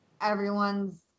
everyone's